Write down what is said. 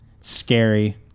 scary